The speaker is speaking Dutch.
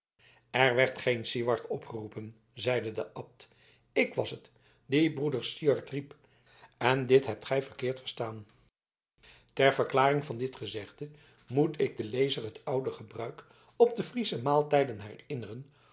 er werd geen siward opgeroepen zeide de abt ik was het die broeder syard riep en dit hebt gij verkeerd verstaan ter verklaring van dit gezegde moet ik den lezer het oude gebruik op de friesche maaltijden